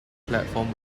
platform